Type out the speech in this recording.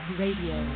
radio